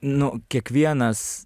nu kiekvienas